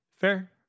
fair